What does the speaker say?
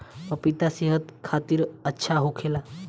पपिता सेहत खातिर अच्छा होखेला